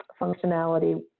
functionality